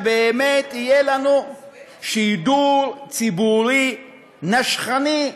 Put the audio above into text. שבאמת יהיה לנו שידור ציבורי נשכני,